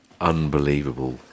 Unbelievable